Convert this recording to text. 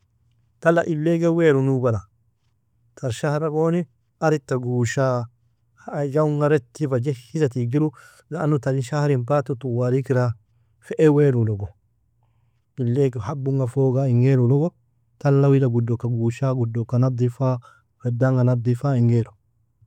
Tala ileag ewairu nubala tar shahara goni arita gushe hajaunga retiba jehiza tigjiru لانه tarin shahrin bata uu tawalikira fa ewirulogo ileag habunga foga ingairulog tal wida guduka gushe guduka naddifa fedanga naffifa ingairu.